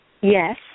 Yes